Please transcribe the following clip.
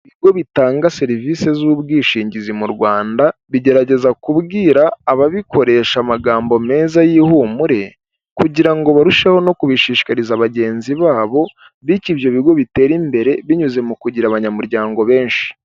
Ibigo bitanga serivisi z'ubwishingizi mu Rwanda, bigerageza kubwira ababikoresha amagambo meza y'ihumure, kugira ngo barusheho no kubishishikariza bagenzi babo bityo ibyo bigo bitera imbere binyuze mu kugira abanyamuryango benshi.